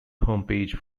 homepage